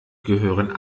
gehören